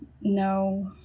no